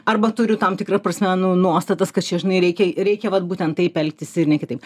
arba turiu tam tikra prasme nu nuostatas kad čia žinai reikia reikia vat būtent taip elgtis ir ne kitaip